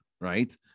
right